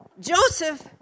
Joseph